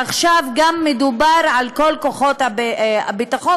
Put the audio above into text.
עכשיו מדובר על כל כוחות הביטחון,